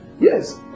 Yes